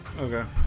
Okay